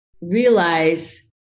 realize